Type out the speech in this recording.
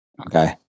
Okay